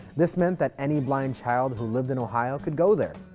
this meant that any blind child who lived in ohio could go there.